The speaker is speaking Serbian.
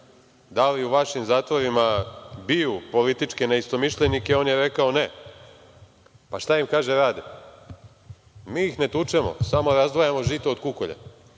da li u vašim zatvorima biju političke neistomišljenike. On je rekao, ne. Pa, šta im kaže – rade. Mi ih ne tučemo, samo razdvajamo žito od kukolja. Eto,